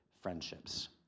friendships